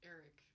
Eric